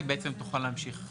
היא בעצם תוכל להמשיך לפעול,